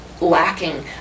lacking